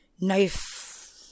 knife